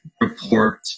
report